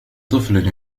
طفل